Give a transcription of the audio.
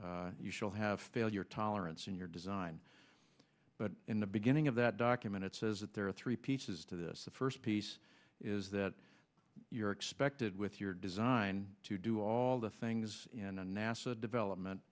you shall have failure tolerance in your design but in the beginning of that document it says that there are three pieces to this the first piece is that you're expected with your design to do all the things in the nasa development